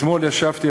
אתמול ישבתי,